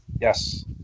Yes